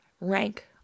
rank